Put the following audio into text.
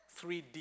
3D